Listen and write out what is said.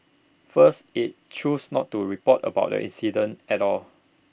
first IT chose not to report about the incident at all